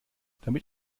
damit